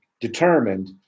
determined